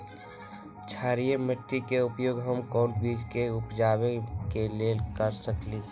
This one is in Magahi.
क्षारिये माटी के उपयोग हम कोन बीज के उपजाबे के लेल कर सकली ह?